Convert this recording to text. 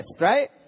right